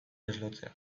deslotzea